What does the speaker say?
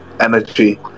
energy